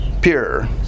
pure